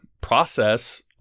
process